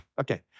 okay